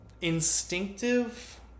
instinctive